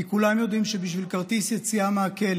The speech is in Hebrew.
כי כולם יודעים שבשביל כרטיס יציאה מהכלא